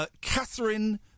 Catherine